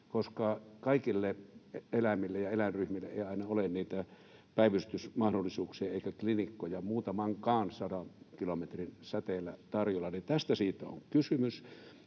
koska kaikille eläimille ja eläinryhmille ei aina ole niitä päivystysmahdollisuuksia eikä klinikoita muutamankaan sadan kilometrin säteellä tarjolla. Tästä tässä on kysymys.